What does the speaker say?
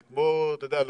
זה כמו לומר,